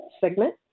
segment